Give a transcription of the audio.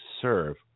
serve